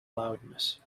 loudness